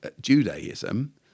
Judaism